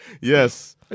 Yes